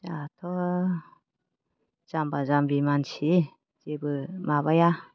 जोंहाथ' जाम्बा जाम्बि मानसि जेबो माबाया